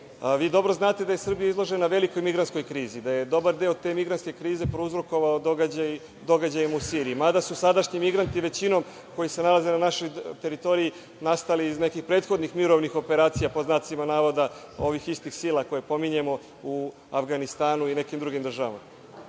Vi dobro znate da je Srbija izložena velikoj migrantskoj krizi, da je dobar deo te migrantske krize prouzrokovan događajem u Siriji. Mada su sadašnji migranti, većinom, koji se nalaze na našoj teritoriji, nastali iz nekih prethodnih mirovnih operacija, pod znacima navoda, ovih istih sila koje pominjemo u Avganistanu i nekim drugim državama. Da